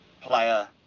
player